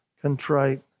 contrite